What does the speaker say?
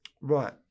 Right